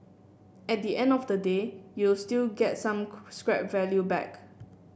at the end of the day you'll still get some scrap value back